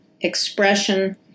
expression